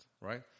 right